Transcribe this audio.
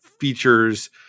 features